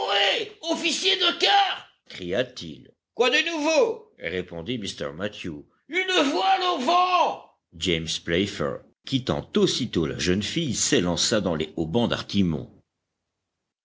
de quart cria-t-il quoi de nouveau répondit mr mathew une voile au vent james playfair quittant aussitôt la jeune fille s'élança dans les haubans d'artimon